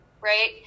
Right